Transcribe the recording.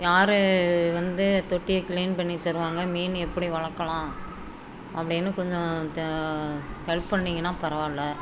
யார் வந்து தொட்டியை க்ளீன் பண்ணித் தருவாங்க மீன் எப்படி வளர்க்கலாம் அப்படின்னு கொஞ்சம் த ஹெல்ப் பண்ணீங்கன்னா பரவால்ல